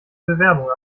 bewerbung